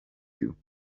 you